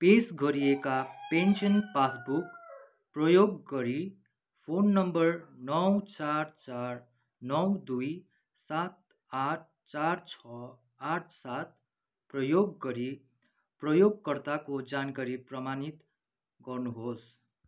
पेस गरिएका pension passbook प्रयोग गरी फोन नम्बर नौ चार चार नौ दुई सात आठ चार छ आठ सात प्रयोग गरी प्रयोगकर्ताको जानकारी प्रमाणित गर्नुहोस्